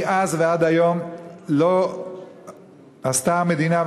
מאז ועד היום לא עשתה המדינה,